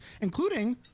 including